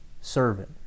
servant